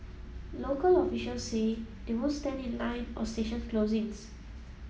local officials say they won't stand in line or station closings